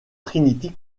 trinity